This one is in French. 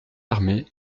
armée